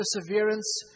perseverance